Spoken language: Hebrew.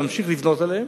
להמשיך לבנות עליהם,